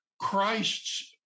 Christ's